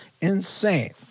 insane